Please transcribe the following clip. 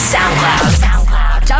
SoundCloud